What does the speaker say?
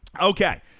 okay